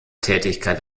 tätigkeit